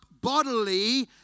bodily